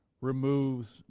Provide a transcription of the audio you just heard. removes